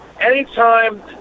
Anytime